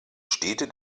städte